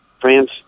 France